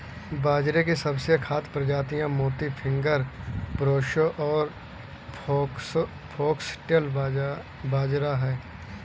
बाजरे की सबसे खास प्रजातियाँ मोती, फिंगर, प्रोसो और फोक्सटेल बाजरा है